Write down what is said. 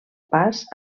pas